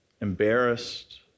embarrassed